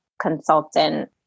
consultant